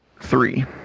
three